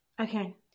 Okay